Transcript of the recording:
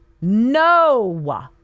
No